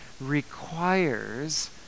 requires